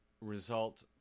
Result